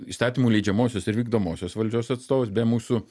įstatymų leidžiamosios ir vykdomosios valdžios atstovus be mūsų